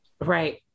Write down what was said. Right